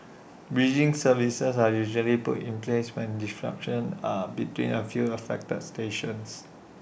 bridging services are usually put in place when disruptions are between A few affected stations